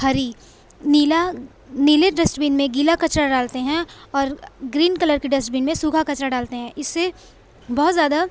ہری نیلا نیلے ڈسٹبین میں گیلا کچرا ڈالتے ہیں اور گرین کلر کی ڈسٹبین میں سوکھا کچرا ڈالتے ہیں اس سے بہت زیادہ